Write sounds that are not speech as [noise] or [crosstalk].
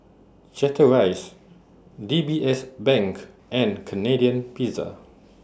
Chateraise D B S Bank and Canadian Pizza [noise]